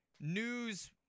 news